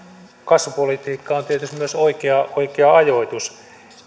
kasvupolitiikkaa on tietysti myös oikea oikea ajoitus